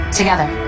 together